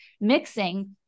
mixing